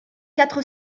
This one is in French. quatre